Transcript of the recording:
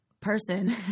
person